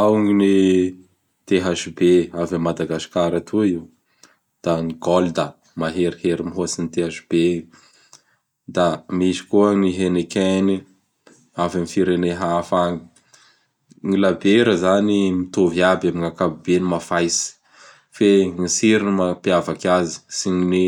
Ao gny THB avy a Madagasikara atoy io; Da ny Gold, meherihery mihoatsy gny Thb io; Da misy koa ny Heinekken avy amin'ny firenea hafa agny. Gny labiera izany mitovy aby amin'gny ankapobeny mafaitsy fe gny tsirony mampiavaky azy sy gny